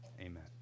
amen